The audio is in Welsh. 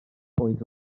oedd